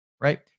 right